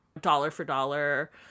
dollar-for-dollar